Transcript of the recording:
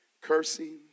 Cursing